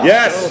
Yes